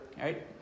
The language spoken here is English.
right